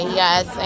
yes